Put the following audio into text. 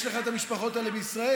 יש לך את המשפחות האלה בישראל,